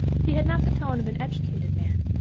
he had not the tone of an educated man,